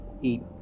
eat